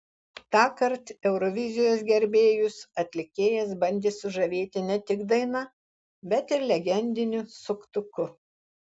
tąkart eurovizijos gerbėjus atlikėjas bandė sužavėti ne tik daina bet ir legendiniu suktuku